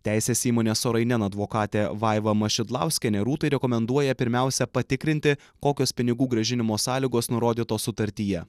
teisės įmonės sorainen advokatė vaiva mašidlauskienė rūtai rekomenduoja pirmiausia patikrinti kokios pinigų grąžinimo sąlygos nurodytos sutartyje